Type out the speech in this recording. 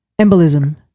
Embolism